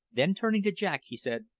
then turning to jack, he said,